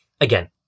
again